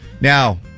Now